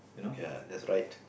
ya that's right